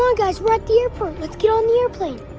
um guys. we're at the airport. let's get on the airplane.